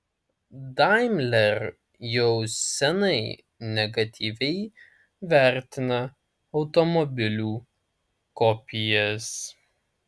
daimler jau senai negatyviai vertina automobilių kopijas